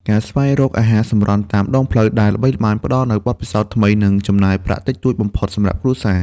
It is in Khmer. ការស្វែងរកអាហារសម្រន់តាមដងផ្លូវ ដែលល្បីល្បាញ ផ្តល់នូវបទពិសោធន៍ថ្មី និងចំណាយប្រាក់តិចតួចបំផុតសម្រាប់គ្រួសារ។